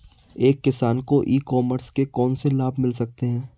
एक किसान को ई कॉमर्स के कौनसे लाभ मिल सकते हैं?